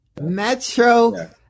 metro